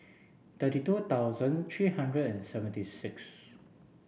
thirty two thousand three hundred and seventy six